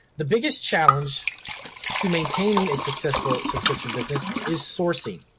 the biggest challenge to maintaining a successful subscription business is sourcing,